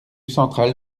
centrale